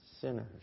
sinners